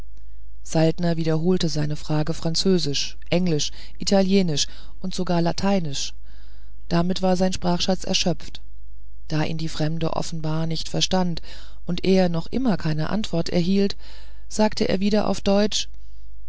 saltner wiederholte seine frage französisch englisch italienisch und sogar lateinisch damit war sein sprachschatz erschöpft da ihn die fremde offenbar nicht verstand und er noch immer keine antwort erhielt sagte er wieder auf deutsch